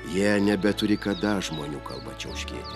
jie nebeturi kada žmonių kalba čiauškėti